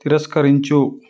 తిరస్కరించు